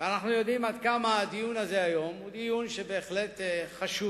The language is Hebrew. ואנחנו יודעים עד כמה הדיון הזה היום הוא דיון בהחלט חשוב,